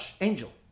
angel